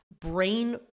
Brain